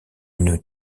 une